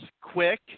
quick